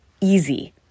easy